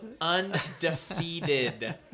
undefeated